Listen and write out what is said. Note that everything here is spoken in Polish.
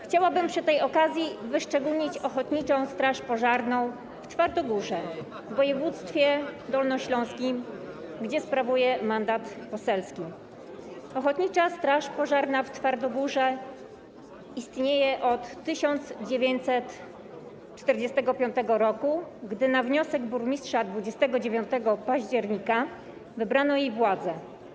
Chciałabym przy tej okazji wyszczególnić Ochotniczą Straż Pożarną w Twardogórze w województwie dolnośląskim, gdzie sprawuję mandat poselski, Ochotnicza Straż Pożarna w Twardogórze istnieje od 1945 r., gdy na wniosek burmistrza 29 października wybrano jej władze.